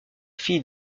fille